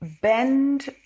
bend